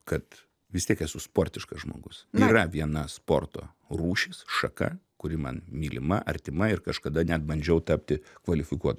kad vis tiek esu sportiškas žmogus yra viena sporto rūšis šaka kuri man mylima artima ir kažkada net bandžiau tapti kvalifikuotu